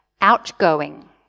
outgoing